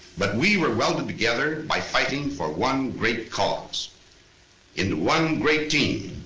but we were welded together by fighting for one great cause in one great team,